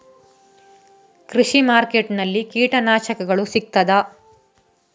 ಕೃಷಿಮಾರ್ಕೆಟ್ ನಲ್ಲಿ ಕೀಟನಾಶಕಗಳು ಸಿಗ್ತದಾ?